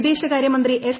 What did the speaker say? വിദേശകാര്യ മന്ത്രി എസ്